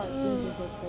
mm